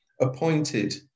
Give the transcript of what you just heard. appointed